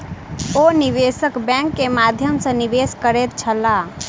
ओ निवेशक बैंक के माध्यम सॅ निवेश करैत छलाह